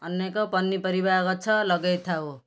ଅନେକ ପନିପରିବା ଗଛ ଲଗେଇଥାଉ